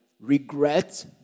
regret